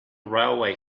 railway